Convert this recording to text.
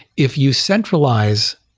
if you centralize